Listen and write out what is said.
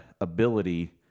ability